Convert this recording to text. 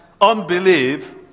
unbelief